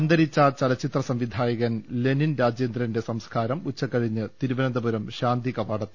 അന്തരിച്ച ചലച്ചിത്ര സംവിധായകൻ ലെനിൻ രാജേന്ദ്രന്റെ സംസ്കാരം ഉച്ചകഴിഞ്ഞ് തിരുവനന്തപുരം ശാന്തി കവാടത്തിൽ